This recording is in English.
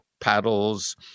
paddles